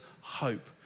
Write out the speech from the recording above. hope